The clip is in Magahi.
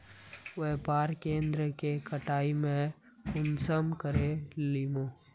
व्यापार केन्द्र के कटाई में कुंसम करे लेमु?